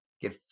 get